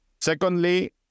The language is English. Secondly